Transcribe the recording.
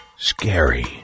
scary